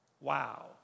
Wow